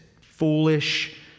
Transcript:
foolish